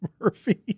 Murphy